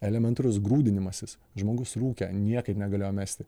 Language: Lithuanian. elementarus grūdinimasis žmogus rūkė niekaip negalėjo mesti